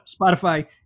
Spotify